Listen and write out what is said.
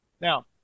Now